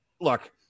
Look